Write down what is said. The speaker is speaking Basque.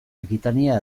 akitania